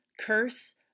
curse